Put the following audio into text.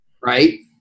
right